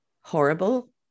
horrible